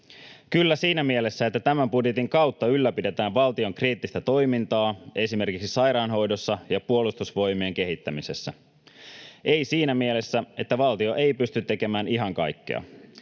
”Kyllä” siinä mielessä, että tämän budjetin kautta ylläpidetään valtion kriittistä toimintaa esimerkiksi sairaanhoidossa ja Puolustusvoimien kehittämisessä. ”Ei” siinä mielessä, että valtio ei pysty tekemään ihan kaikkea.